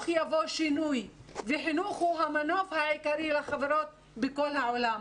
יבוא שינוי וחינוך הוא המנוף העיקרי לחברות בכל העולם,